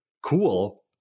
cool